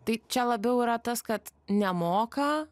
tai čia labiau yra tas kad nemoka